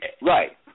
right